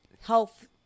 health